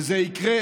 וזה יקרה